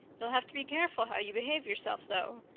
you'll have to be careful how you behave yourself, though.